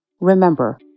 Remember